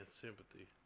sympathy